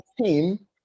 team